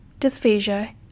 dysphagia